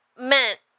meant